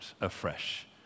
afresh